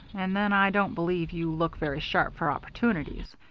and then i don't believe you look very sharp for opportunities.